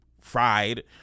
fried